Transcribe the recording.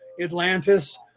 Atlantis